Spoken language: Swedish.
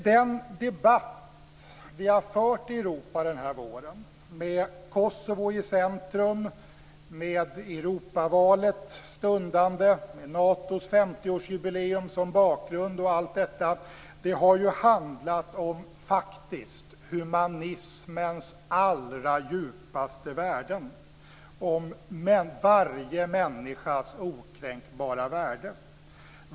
Den debatt vi har fört i Europa denna vår, med Kosovo i centrum och det stundande Europavalet och Natos 50-årsjubileum som bakgrund, har faktiskt handlat om humanismens allra djupaste värden - om varje människas okränkbara värde.